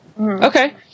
Okay